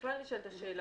בכלל, נשאלת השאלה.